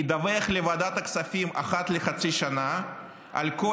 ידווח לוועדת הכספים אחת לחצי שנה על כל